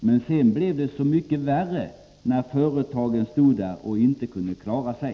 Men sedan blev det så mycket värre, när företagen stod där och inte kunde klara sig.